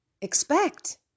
Expect